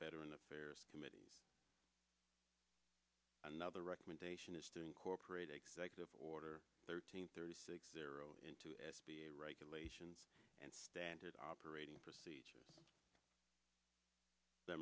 veteran affairs committee another recommendation is to incorporate executive order thirteen thirty six into s b a regulations and standard operating procedures th